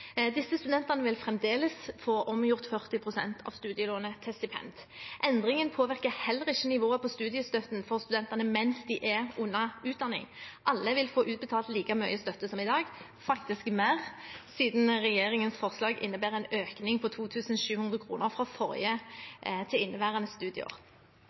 Disse studentene vil fremdeles få omgjort 40 pst. av studielånet til stipend. Endringen påvirker heller ikke nivået på studiestøtten for studentene mens de er under utdanning. Alle vil få utbetalt like mye i støtte som i dag – faktisk mer, siden regjeringens forslag innebærer en økning på 2 700 kr fra forrige til inneværende studieår.